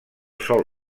sol